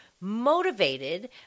motivated